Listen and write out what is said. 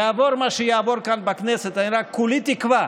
יעבור מה שיעבור כאן בכנסת, אני רק כולי תקווה